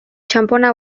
txanpona